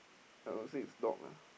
I would say it's dog ah